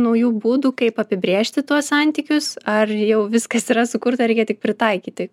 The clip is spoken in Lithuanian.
naujų būdų kaip apibrėžti tuos santykius ar jau viskas yra sukurta reikia tik pritaikyti